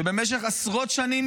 שבמשך עשרות שנים,